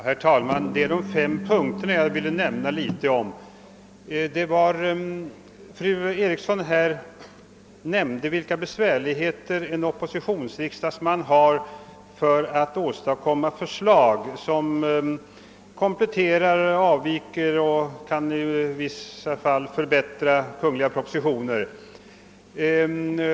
Herr talman! Jag vill nämna något am de fem punkterna. Fru Eriksson i Stockholm påpekade vilka besvärligheter en riksdagsman inom oppositionspartierna har när det gäller att åstadkomma förslag som kompletterar, avviker från och i vissa fall kan förbättra kungliga propositioner.